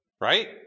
right